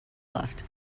left